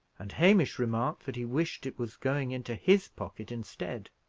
and hamish remarked that he wished it was going into his pocket instead.